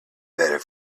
better